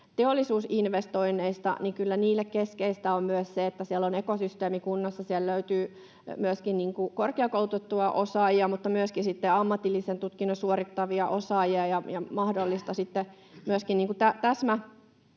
teollisuusinvestoinneista, niin kyllä niille keskeistä on myös se, että siellä on ekosysteemi kunnossa, siellä löytyy myöskin korkeakoulutettuja osaajia mutta myöskin sitten ammatillisen tutkinnon suorittavia osaajia ja että olisi mahdollista myöskin